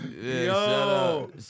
Yo